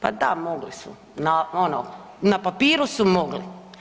Pa da mogli su, na papiru su mogli.